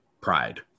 pride